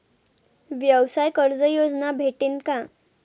व्यवसाय कर्ज योजना भेटेन का?